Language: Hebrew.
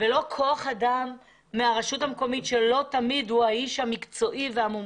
ולא כוח אדם מהרשות המקומית שלא תמיד הוא מקצועי ומומחה.